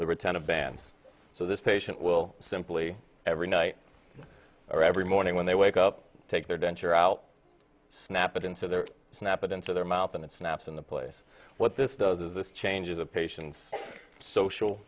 bands so this patient will simply every night or every morning when they wake up take their denture out snap it into their snap it into their mouth and it snaps in the place what this does is this changes the patients social